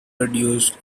produced